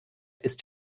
ist